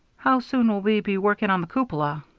how soon will we be working on the cupola?